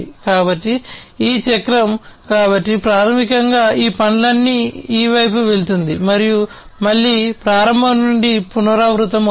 కాబట్టి ఈ చక్రం కాబట్టి ప్రాథమికంగా ఈ పనులన్నీ ఈ వైపు వెళుతుంది మరియు మళ్ళీ ప్రారంభం నుండి పునరావృతమవుతాయి